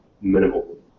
minimal